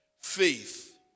faith